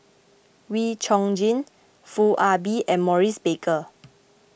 Wee Chong Jin Foo Ah Bee and Maurice Baker